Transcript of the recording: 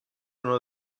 uno